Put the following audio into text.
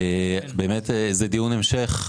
זה דיון המשך.